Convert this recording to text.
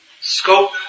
scope